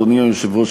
אדוני היושב-ראש,